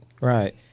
Right